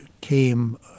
came